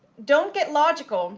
don't get logical